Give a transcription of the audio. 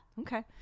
Okay